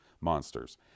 Monsters